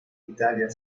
italia